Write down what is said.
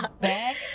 back